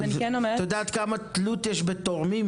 את יודעת כמה תלות יש בתורמים?